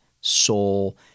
soul